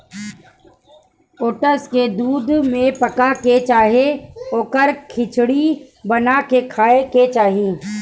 oats के दूध में पका के चाहे ओकर खिचड़ी बना के खाए के चाही